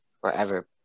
forever